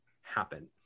happen